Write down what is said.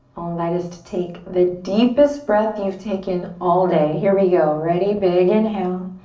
i'll invite us to take the deepest breath you've taken all day. here we go, ready? big inhale.